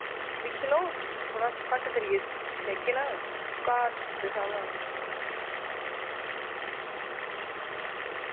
दिक्खी लैओ थोह्ड़ा घट्ट करियै दिक्खी लैगे ना घर दे स्हाब नाल